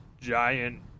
giant